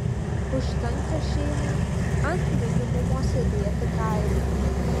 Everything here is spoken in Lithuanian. užtenka šeimai ant minimumo sėdėti kaime